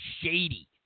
shady